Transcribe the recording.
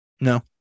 No